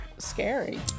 Scary